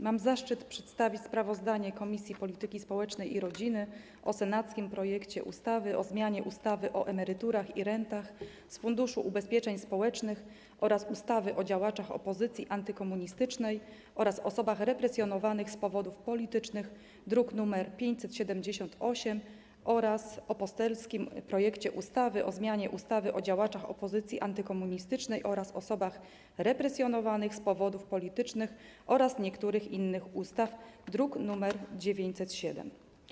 Mam zaszczyt przedstawić sprawozdanie Komisji Polityki Społecznej i Rodziny o senackim projekcie ustawy o zmianie ustawy o emeryturach i rentach z Funduszu Ubezpieczeń Społecznych oraz ustawy o działaczach opozycji antykomunistycznej oraz osobach represjonowanych z powodów politycznych, druk nr 578, oraz o poselskim projekcie ustawy o zmianie ustawy o działaczach opozycji antykomunistycznej oraz osobach represjonowanych z powodów politycznych oraz niektórych innych ustaw, druk nr 907.